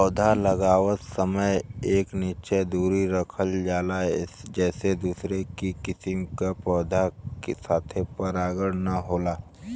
पौधा लगावत समय एक निश्चित दुरी रखल जाला जेसे दूसरी किसिम के पौधा के साथे परागण ना होला